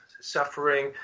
suffering